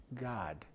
God